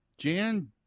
Jan